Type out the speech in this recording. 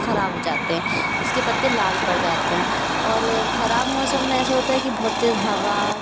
ख़राब हो जाते हें उसके पत्ते लाल पड़ जाते हें और ख़राब मौसम में ऐसा होता है कि बहुत तेज़ हवा